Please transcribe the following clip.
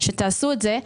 שתעשו את זה,